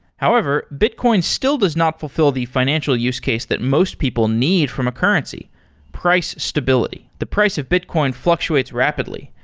however, bitcoin still does not fulfill the financial use case that most people need from a currency price stability. the price of bitcoin fluctuates rapidly,